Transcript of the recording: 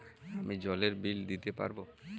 আমি জলের বিল দিতে পারবো?